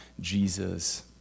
Jesus